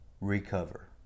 recover